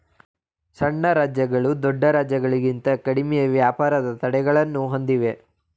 ಸಣ್ಣ ರಾಜ್ಯಗಳು ದೊಡ್ಡ ರಾಜ್ಯಗಳಿಂತ ಕಡಿಮೆ ವ್ಯಾಪಾರದ ತಡೆಗಳನ್ನು ಹೊಂದಿವೆ